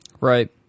Right